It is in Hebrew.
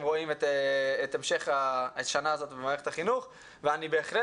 רואים את המשך השנה הזאת במערכת החינוך ואני בהחלט